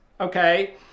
okay